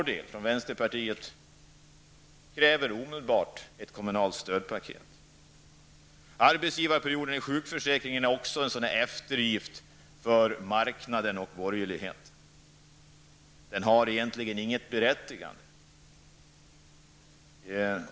Vi i vänsterpartiet kräver däremot omedelbart ett kommunalt stödpaket. Arbetsgivarperioden i sjukförsäkringen är också en eftergift åt marknaden och borgerligheten. Den har egentligen inget berättigande.